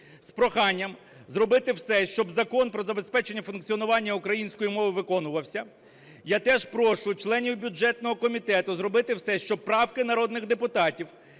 з проханням зробити все, щоб Закон про забезпечення функціонування української мови виконувався. Я теж прошу членів бюджетного комітету зробити все, щоб правки народних депутатів,